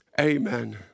Amen